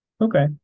Okay